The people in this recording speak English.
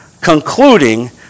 concluding